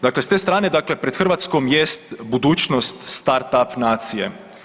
Dakle, s te strane dakle pred hrvatskom jest budućnost start up nacije.